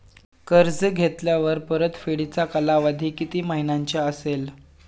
कर्ज घेतल्यावर परतफेडीचा कालावधी किती महिन्यांचा असेल?